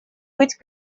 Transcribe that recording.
быть